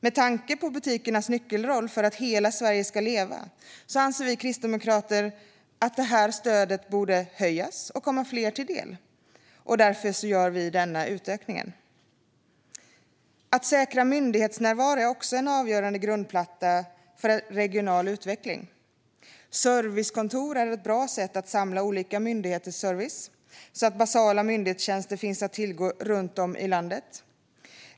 Med tanke på butikernas nyckelroll för att hela Sverige ska leva anser vi kristdemokrater att stödet borde höjas och komma fler till del, och därför gör vi denna utökning. Att säkra myndighetsnärvaro är också en avgörande grundplatta för regional utveckling. Servicekontor är ett bra sätt att samla olika myndigheters service så att basala myndighetstjänster finns att tillgå runt om i landet.